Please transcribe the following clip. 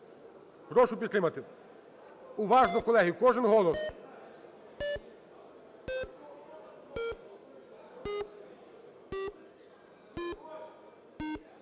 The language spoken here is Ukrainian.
Прошу підтримати. Уважно, колеги, кожен голос.